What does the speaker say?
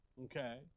okay